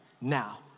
now